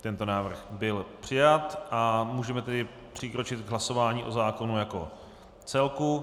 Tento návrh byl přijat a můžeme přikročit k hlasování o zákonu jako o celku.